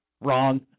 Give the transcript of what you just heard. Wrong